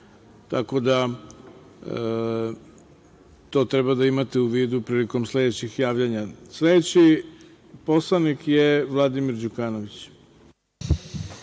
da, to treba da imate u vidu prilikom sledećih javljanja. Sledeći poslanik je Vladimir Đukanović.